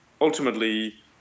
ultimately